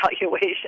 evaluation